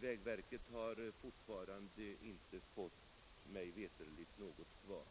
Vägverket har mig veterligt fortfarande inte fått något svar.